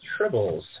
Tribbles